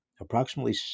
Approximately